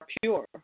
pure